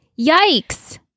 Yikes